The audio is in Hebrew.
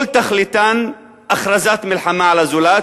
כל תכליתם הכרזת מלחמה על הזולת,